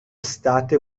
state